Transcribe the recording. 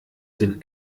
den